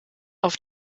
auf